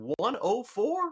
104